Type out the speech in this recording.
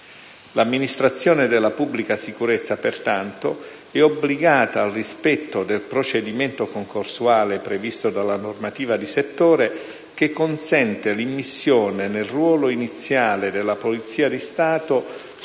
L'amministrazione della Pubblica sicurezza, pertanto, è obbligata al rispetto del procedimento concorsuale previsto dalla normativa di settore che consente l'immissione nel ruolo iniziale della Polizia di Stato